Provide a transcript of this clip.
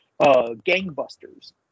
gangbusters